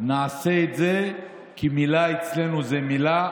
נעשה את זה, כי מילה אצלנו זו מילה.